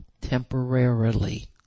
temporarily